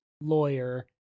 lawyer